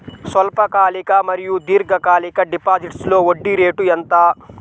స్వల్పకాలిక మరియు దీర్ఘకాలిక డిపోజిట్స్లో వడ్డీ రేటు ఎంత?